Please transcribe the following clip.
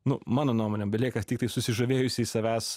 nu mano nuomone belieka tiktai susižavėjusiai savęs